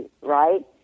right